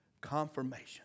Confirmation